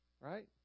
Right